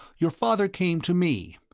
your father came to me,